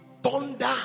Thunder